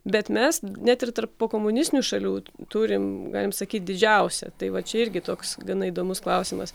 bet mes net ir tarp pokomunistinių šalių turim galim sakyt didžiausią tai va čia irgi toks gana įdomus klausimas